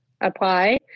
apply